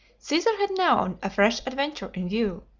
caesar had now a fresh adventure in view.